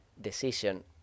decision